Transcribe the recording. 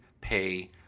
pay